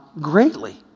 greatly